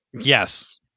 Yes